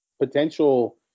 potential